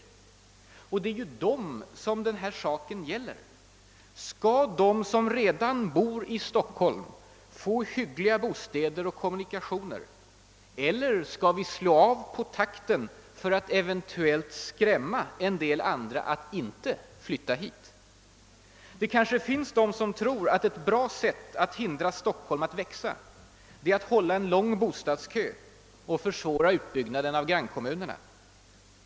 Det är framför allt dem som saken gäller: Skall de som redan bor i Stockholm få hyggliga bostäder och kommunikationer — eller skall vi slå av på takten för att eventuellt skrämma en del andra att inte flytta hit? Det kanske finns de som tror att ett bra sätt att hindra Stockholm att växa är att hålla en lång bostadskö och försvåra utbyggnaden av grannkommunerna.